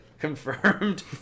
Confirmed